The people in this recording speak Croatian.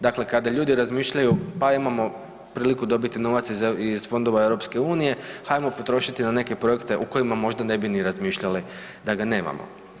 Dakle, kada ljudi razmišljaju pa imamo priliku dobiti novac iz fondova EU hajmo potrošiti na neke projekte o kojima možda ne bi ni razmišljali da ga nemamo.